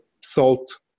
salt